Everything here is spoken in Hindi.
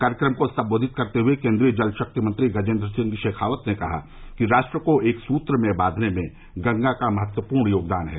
कार्यक्रम को सम्बोधित करते हुए केन्द्रीय जल शक्ति मंत्री गजेन्द्र सिंह शेखावत ने कहा कि राष्ट्र को एक सूत्र में बांधने में गंगा का महत्वपूर्ण योगदान है